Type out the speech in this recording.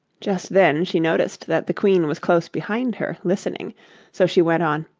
just then she noticed that the queen was close behind her, listening so she went on,